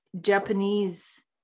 Japanese